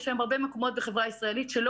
יש היום הרבה מקומות בחברה הישראלית שלא